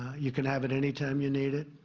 you can have it any time you need it.